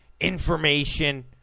information